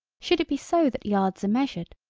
should it be so that yards are measured,